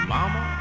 Mama